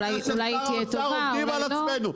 אולי היא תהיה טובה אולי לא אנחנו עובדים על עצמנו,